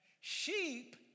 Sheep